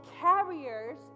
carriers